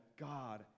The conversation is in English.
God